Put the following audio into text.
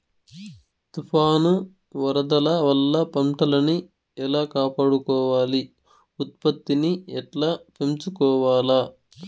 తుఫాను, వరదల వల్ల పంటలని ఎలా కాపాడుకోవాలి, ఉత్పత్తిని ఎట్లా పెంచుకోవాల?